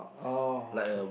oh okay